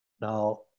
Now